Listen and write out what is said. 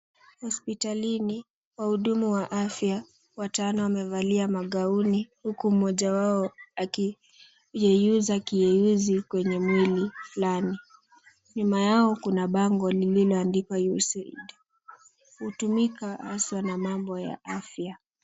Hospitalini, wahudumu wa afya watano wamevalia magauni huku mmoja wao akiyeuza kiyeyuzi kwenye mwili fulani. Nyuma yao kuna bango lililoandikwa USAID. Hutumika hasa na mambo afya.